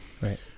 Right